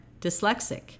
dyslexic